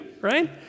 right